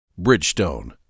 Bridgestone